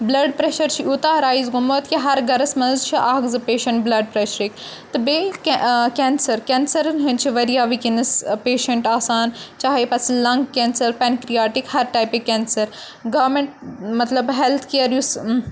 blood pressure چھُ یوٗتاہ rise گوٚمُت کہِ ہر گَرَس منٛز چھِ اَکھ زٕ پیشَنٛٹ بٕلَڈ پرٛیٚشرِک تہٕ بیٚیہِ کیٚن کیٚنسَر کیٚنسَرَن ہٕنٛدۍ چھِ واریاہ وٕنکیٚنَس پیشَنٛٹ آسان چاہے پَتہٕ سُہ لَنٛگ کیٚنسَر پیٚنکِرٛیاٹِک ہَر ٹایپٕکۍ کیٚنسَر گامیٚنٛٹ مَطلَب ہیٚلٕتھ کِیَر یُس